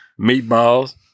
Meatballs